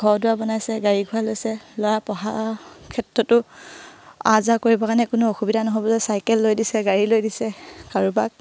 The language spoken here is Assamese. ঘৰ দুৱাৰ বনাইছে গাড়ী গুৰা লৈছে ল'ৰা পঢ়াৰ ক্ষেত্ৰতো আহ যাহ কৰিবৰ কাৰণে কোনো অসুবিধা নহ'বলৈ চাইকেল লৈ দিছে গাড়ী লৈ দিছে কাৰোবাক